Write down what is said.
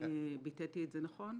ביטאתי את זה נכון?